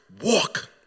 walk